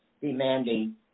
demanding